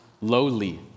lowly